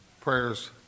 prayers